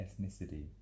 ethnicity